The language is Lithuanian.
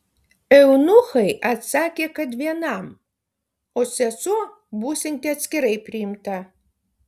eunuchai atsakė kad vienam o sesuo būsianti atskirai priimta